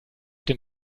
dem